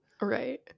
right